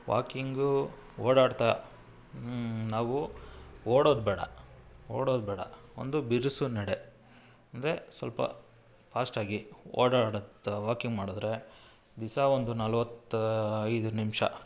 walking ಓಡಾಡ್ತ ನಾವು ಓಡೋದು ಬೇಡ ಓಡೋದು ಬೇಡ ಒಂದು ಬಿರುಸು ನಡೆ ಅಂದರೆ ಸ್ವಲ್ಪ ಫಾಸ್ಟಾಗಿ ಓಡಾಡುತ್ತ ವಾಕಿಂಗ್ ಮಾಡಿದ್ರೆ ದಿಸ ಒಂದು ನಲ್ವತ್ತು ಐದು ನಿಮಿಷ